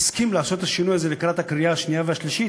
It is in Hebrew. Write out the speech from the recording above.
הסכים לעשות את השינוי הזה לקראת הקריאה השנייה והשלישית,